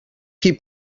qui